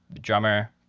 drummer